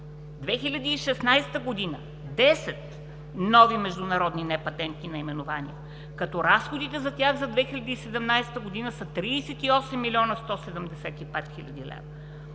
2016 г. – 10 нови международни непатентни наименования, като разходите за тях за 2017 г. са 38 млн. 175 хил. лв.